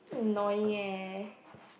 annoying eh